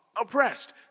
oppressed